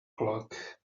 clock